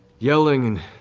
yelling and